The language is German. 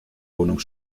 wohnung